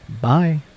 Bye